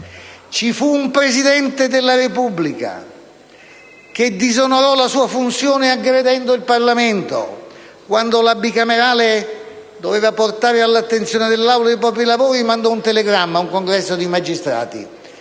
Ci fu un Presidente della Repubblica che disonorò la sua funzione aggredendo il Parlamento. Quando la Bicamerale doveva portare all'attenzione dell'Aula i propri lavori, mandò un telegramma ad un congresso di magistrati